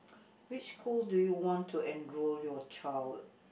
which school do you want to enroll your child